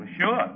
Sure